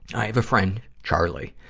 i have a friend, charlie,